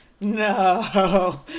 No